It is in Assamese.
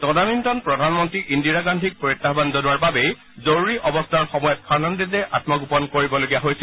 তদানীন্তন প্ৰধানমন্ত্ৰী ইন্দিৰা গান্ধীক প্ৰত্যাহান জনোৱাৰ বাবেই জৰুৰী অৱস্থাৰ সময়ত ফাৰ্ণাণ্ডেজে আমগোপন কৰিবলগীয়া হৈছিল